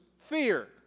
fear